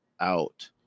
out